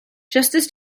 justice